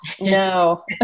no